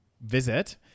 visit